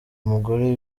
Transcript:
umugore